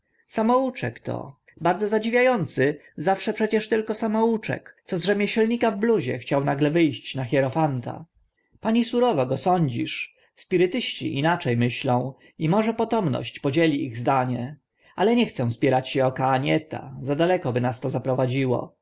samouczek to bardzo zadziwia ący zawsze przecież tylko samouczek co z rzemieślnika w bluzie chciał nagle wy ść na hierofanta pani surowo go sądzisz spirytyści inacze myślą i może potomność podzieli ich zdanie ale nie chcę spierać się o cahagneta za daleko by nas to zaprowadziło